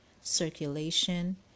circulation